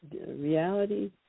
reality